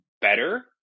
better